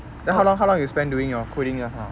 then how long how long you spend doing your coding ah !huh!